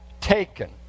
taken